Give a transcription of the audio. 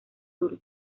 sur